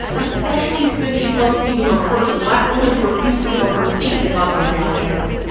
especially, since she wasn't even the first black woman to refuse to give up her seat in montgomery, alabama?